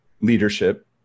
leadership